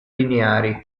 lineari